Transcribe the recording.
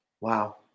Wow